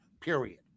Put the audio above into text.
period